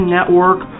Network